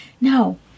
No